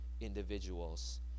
individuals